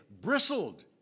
bristled